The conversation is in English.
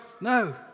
no